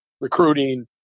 recruiting